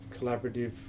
collaborative